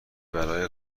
برای